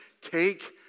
take